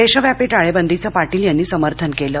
देशव्यापी टाळेबंदीचं पाटील यांनी समर्थन केलं